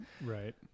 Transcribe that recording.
Right